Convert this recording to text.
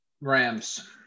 Rams